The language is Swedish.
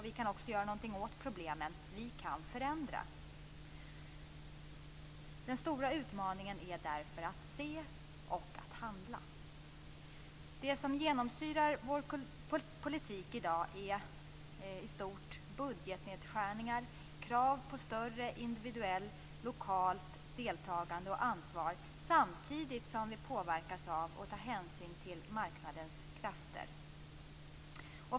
Vi kan också göra någonting åt problemen. Vi kan förändra. Den stora utmaningen är därför att se och att handla. Det som genomsyrar politiken i dag är i stort sett budgetnedskärningar, krav på större individuellt, lokalt deltagande och ansvar samtidigt som vi påverkas av marknadens krafter och måste ta hänsyn till dem.